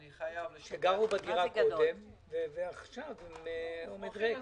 אנשים שגרו בדירה קודם ועכשיו מוכרים אותה.